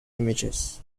images